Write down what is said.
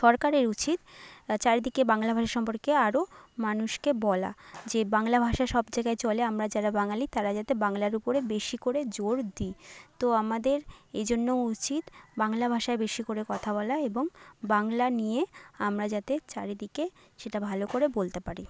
সরকারের উচিৎ চারিদিকে বাংলা ভাষা সম্পর্কে আরো মানুষকে বলা যে বাংলা ভাষা সব জায়গায় চলে আমরা যারা বাঙালি তারা যাতে বাঙলার উপরে বেশি করে জোর দিই তো আমাদের এই জন্য উচিৎ বাংলা ভাষায় বেশি করে কথা বলা এবং বাংলা নিয়ে আমরা যাতে চারিদিকে সেটা ভালো করে বলতে পারি